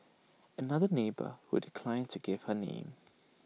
another neighbour who declined to give her name